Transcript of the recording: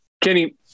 Kenny